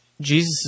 Jesus